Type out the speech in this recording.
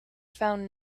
found